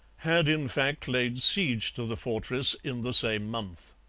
had in fact laid siege to the fortress in the same month.